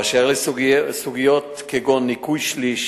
באשר לסוגיות כגון ניכוי שליש